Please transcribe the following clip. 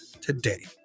today